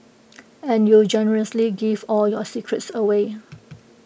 and you generously give all your secrets away